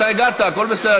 אתה הגעת, הכול בסדר.